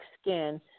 skin